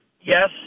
yes